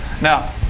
Now